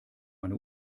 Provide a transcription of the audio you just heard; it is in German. meine